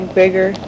bigger